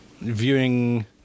viewing